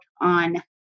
on